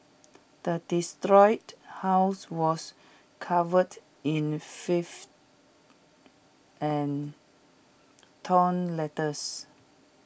the house was covered in fifth and torn letters